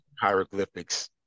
hieroglyphics